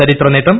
ചരിത്ര നേട്ടം